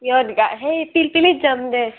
ইয়াত গা সেই পিলপিলিত যাম দে